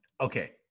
okay